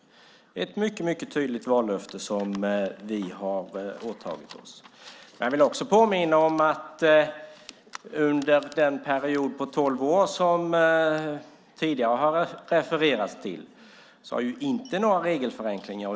Det är ett mycket tydligt vallöfte som vi har åtagit oss. Men jag vill också påminna om att det under den period på tolv år som det tidigare har refererats till inte har uppnåtts några regelförenklingar.